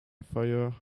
fire